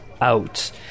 out